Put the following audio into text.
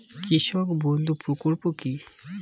কৃষক বন্ধু প্রকল্প কি?